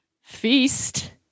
feast